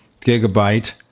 gigabyte